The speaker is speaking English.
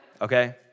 okay